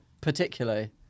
particularly